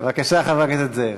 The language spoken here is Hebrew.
בבקשה, חבר הכנסת זאב.